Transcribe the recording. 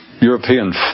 European